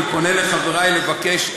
אני פונה לחברי ומבקש,